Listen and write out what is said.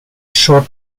short